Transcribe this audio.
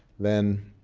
then